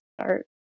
start